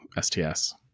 STS